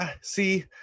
See